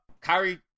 Kyrie